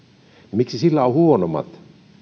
miksi sillä on huonommat